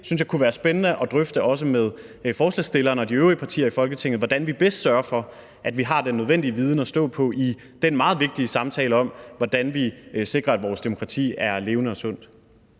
jeg kunne være spændende at drøfte også med forslagsstilleren og de øvrige partier i Folketinget, altså hvordan vi bedst sørger for, at vi har den nødvendige viden at stå på i den meget vigtige samtale om, hvordan vi sikrer, at vores demokrati er levende og sundt.